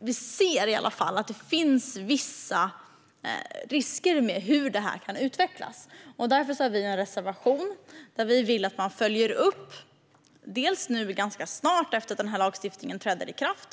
vi ser att det finns vissa risker med hur detta kan utvecklas. Därför har vi en reservation som handlar om att vi vill att man gör en uppföljning ganska snart efter att denna lagstiftning har trätt i kraft.